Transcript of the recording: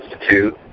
Institute